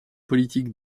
politique